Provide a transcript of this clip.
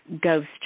ghost